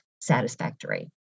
satisfactory